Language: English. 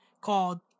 called